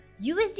USD